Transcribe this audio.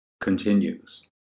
continues